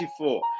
24